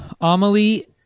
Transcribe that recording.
Amelie